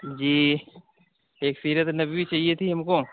جی ایک سیرت نبوی چاہیے تھی ہم کو